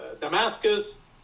damascus